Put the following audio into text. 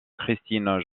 christine